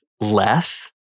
less